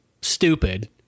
stupid